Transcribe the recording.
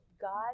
God